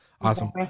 Awesome